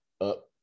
up